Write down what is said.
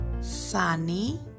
Sunny